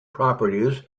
properties